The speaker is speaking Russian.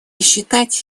считать